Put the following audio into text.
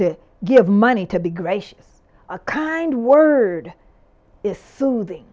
to give money to be gracious a kind word is soothing